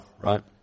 right